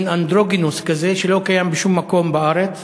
מין אנדרוגינוס כזה שלא קיים בשום מקום בארץ.